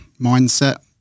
mindset